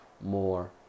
more